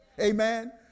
Amen